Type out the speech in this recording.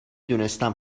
دونستم